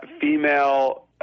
female